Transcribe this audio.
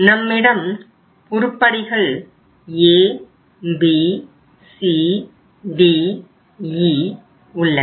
நம்மிடம் உருப்படிகள் ABCDE உள்ளன